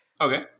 Okay